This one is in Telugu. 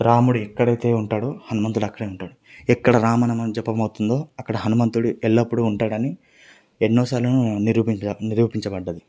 రాముడు ఎక్కడైతే ఉంటాడో హనుమంతుడు అక్కడే ఉంటాడు ఎక్కడ రామ నామం జపం అవుతుందో అక్కడ హనుమంతుడు ఎల్లప్పుడూ ఉంటాడని ఎన్నోసార్లు నిరూపించారు నిరూపించబడింది